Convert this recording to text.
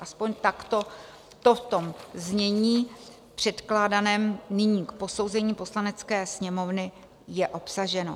Aspoň takto to v znění předkládaném nyní k posouzení Poslanecké sněmovny je obsaženo.